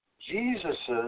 Jesus